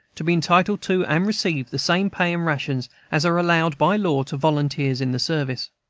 to be entitled to, and receive, the same pay and rations as are allowed, by law, to volunteers in the service.